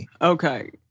Okay